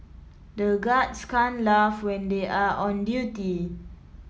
the guards can't laugh when they are on duty